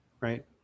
Right